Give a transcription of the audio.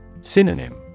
Synonym